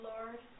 Lord